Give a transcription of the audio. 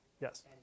Yes